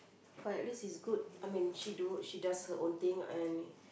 but at least is good I mean she do she does her own thing I any